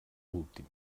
últim